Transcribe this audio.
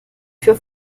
für